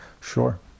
Sure